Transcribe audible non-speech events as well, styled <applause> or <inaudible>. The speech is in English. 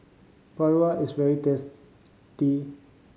paru is very <unintelligible>